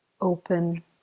open